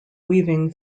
weaving